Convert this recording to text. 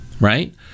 right